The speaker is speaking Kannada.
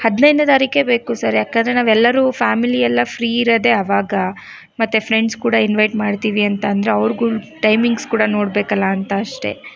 ಹದಿನೈದನೇ ತಾರೀಕೇ ಬೇಕು ಸರ್ ಯಾಕೆಂದ್ರೆ ನಾವೆಲ್ಲರು ಫ್ಯಾಮಿಲಿ ಎಲ್ಲ ಫ್ರೀ ಇರೋದೇ ಆವಾಗ ಮತ್ತೆ ಫ್ರೆಂಡ್ಸ್ ಕೂಡ ಇನ್ವಯ್ಟ್ ಮಾಡ್ತೀವಿ ಅಂತ ಅಂದರೆ ಅವ್ರ್ಗುಳ ಟೈಮಿಂಗ್ಸ್ ಕೂಡ ನೋಡಬೇಕಲ್ಲ ಅಂತ ಅಷ್ಟೇ